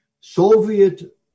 soviet